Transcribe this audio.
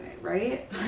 right